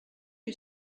you